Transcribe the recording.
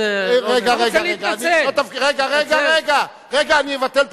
אז לא, רגע, רגע, לא רוצה להתנצל.